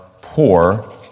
poor